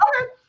Okay